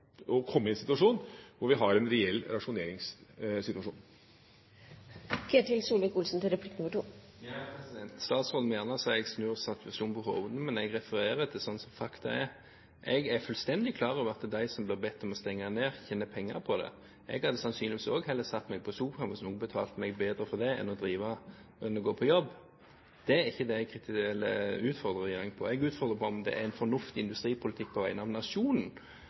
å komme i en reell rasjoneringssituasjon. Statsråden må gjerne si at jeg snur situasjonen på hodet, men jeg refererer til fakta. Jeg er fullstendig klar over at de som blir bedt om å stenge ned, tjener penger på det. Jeg hadde sannsynligvis også heller satt meg i sofaen, hvis noen betalte meg bedre for det enn å gå på jobb. Det er ikke det jeg utfordrer regjeringen på. Jeg utfordrer den på om det er en fornuftig politikk på vegne av nasjonen